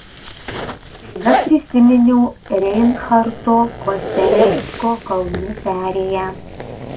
staiga prisiminiau reinharto kosellecko kalnų perėją